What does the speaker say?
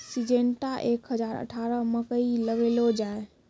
Syngenta एक हजार अठारह मकई लगैलो जाय?